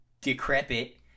decrepit